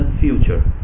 future